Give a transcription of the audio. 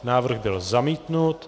Návrh byl zamítnut.